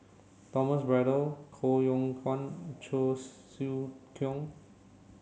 Thomas Braddell Koh Yong Guan Cheong Siew Keong